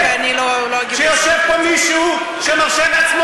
איך לא שמנו לב שיושב פה מישהו שמרשה לעצמו